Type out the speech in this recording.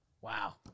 Wow